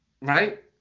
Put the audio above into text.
Right